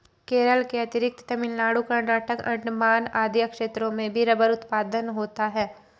केरल के अतिरिक्त तमिलनाडु, कर्नाटक, अण्डमान आदि क्षेत्रों में भी रबर उत्पादन होता है